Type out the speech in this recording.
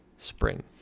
spring